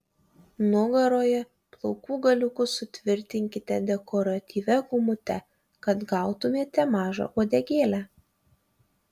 nugaroje plaukų galiukus sutvirtinkite dekoratyvia gumute kad gautumėte mažą uodegėlę